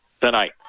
tonight